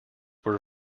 were